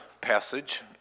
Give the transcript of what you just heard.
passage